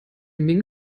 minh